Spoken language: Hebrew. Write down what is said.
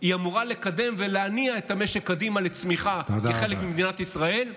היא אמורה לקדם ולהניע את המשק קדימה לצמיחה כחלק ממדינת ישראל.